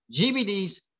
gbd's